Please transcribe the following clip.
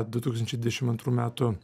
du tūkstančiai dvidešim antrų metų